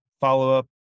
follow-up